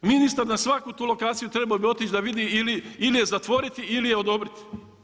Ministar na svaku tu lokaciju trebao bi otići da vidi ili je zatvoriti ili je odobriti.